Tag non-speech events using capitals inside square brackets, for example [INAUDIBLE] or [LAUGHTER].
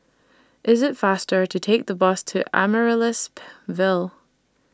IT IS faster to Take The Bus to Amaryllis [NOISE] Ville